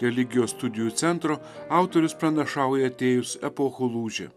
religijos studijų centro autorius pranašauja atėjus epochų lūžį